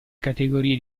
categorie